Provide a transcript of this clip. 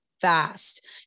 fast